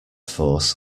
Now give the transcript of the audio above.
force